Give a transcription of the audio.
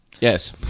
Yes